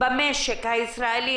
במשק הישראלי,